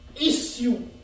issue